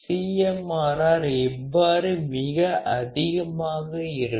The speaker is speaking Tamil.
CMRR எவ்வாறு மிக அதிகமாக இருக்கும்